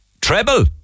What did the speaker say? Treble